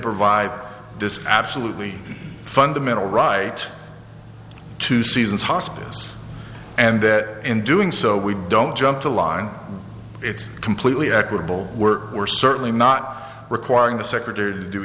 provide this absolutely fundamental right to seasons hospice and that in doing so we don't jump the line it's completely equitable we're we're certainly not requiring the secretary to do